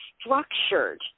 structured